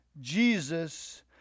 Jesus